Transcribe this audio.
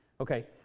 Okay